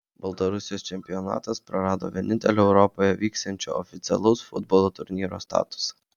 baltarusijos čempionatas prarado vienintelio europoje vykstančio oficialaus futbolo turnyro statusą